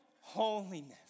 holiness